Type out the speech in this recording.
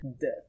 Death